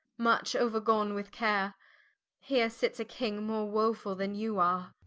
much ouergone with care heere sits a king, more wofull then you are.